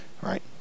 right